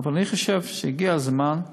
אבל אני חושב שהגיע הזמן,